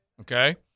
okay